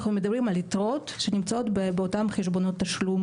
יתרות שנמצאות באותם חשבונות תשלום.